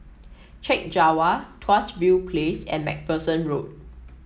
Chek Jawa Tuas View Place and MacPherson Road